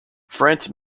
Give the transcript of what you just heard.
france